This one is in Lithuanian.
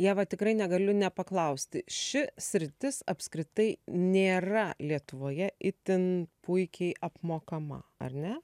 ieva tikrai negaliu nepaklausti ši sritis apskritai nėra lietuvoje itin puikiai apmokama ar ne